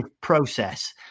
process